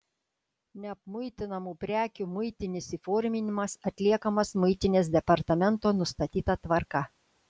neapmuitinamų prekių muitinis įforminimas atliekamas muitinės departamento nustatyta tvarka